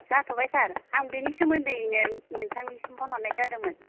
जाथ'बाय सार आं बेनि सोमोन्दैनो नोंथांनिसिम फन हरनाय जादोंमोन